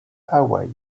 hawaii